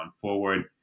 forward